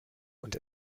und